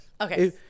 okay